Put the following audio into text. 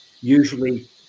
usually